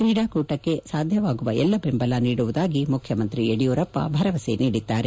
ಕ್ರೀಡಾ ಕೂಟಕ್ಕೆ ಸಾಧ್ಯವಾಗುವ ಎಲ್ಲಾ ಬೆಂಬಲ ನೀಡುವುದಾಗಿ ಮುಖ್ಯಮಂತ್ರಿ ಯಡಿಯೂರಪ್ಪ ಭರವಸೆ ನೀಡಿದ್ದಾರೆ